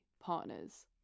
partners